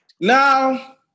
now